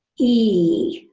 e.